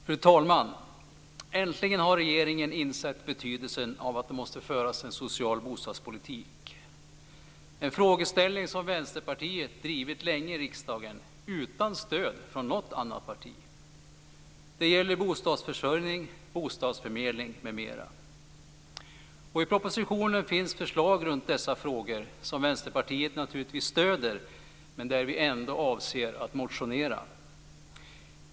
Fru talman! Äntligen har regeringen insett betydelsen av att föra en social bostadspolitik. Denna frågeställning har Vänsterpartiet drivit länge i riksdagen utan stöd från något annat parti. Det gäller bostadsförsörjning, bostadsförmedling m.m. I propositionen finns förslag i dessa frågor som Vänsterpartiet naturligtvis stöder men som ändå kommer att föranleda oss att motionera.